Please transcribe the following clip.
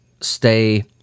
stay